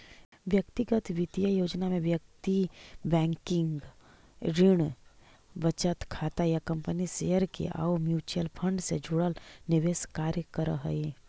व्यक्तिगत वित्तीय योजना में व्यक्ति बैंकिंग, ऋण, बचत खाता या कंपनी के शेयर आउ म्यूचुअल फंड से जुड़ल निवेश कार्य करऽ हइ